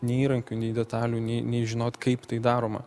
nei įrankių nei detalių nė nė žinot kaip tai daroma